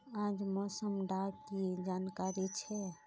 आज मौसम डा की जानकारी छै?